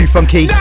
Funky